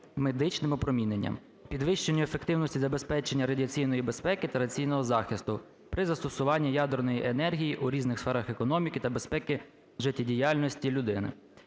медичним опроміненням, підвищенню ефективності забезпечення радіаційної безпеки та радіаційного захисту при застосуванні ядерної енергії у різних сферах економіки та безпеки життєдіяльності людини.